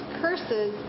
curses